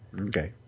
Okay